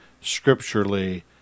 scripturally